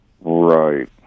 Right